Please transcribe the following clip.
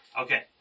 Okay